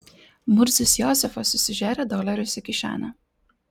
murzius jozefas susižėrė dolerius į kišenę